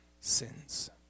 sins